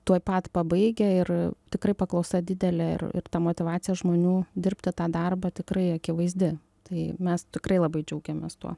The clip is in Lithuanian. tuoj pat pabaigę ir tikrai paklausa didelė ir ir ta motyvacija žmonių dirbti tą darbą tikrai akivaizdi tai mes tikrai labai džiaugiamės tuo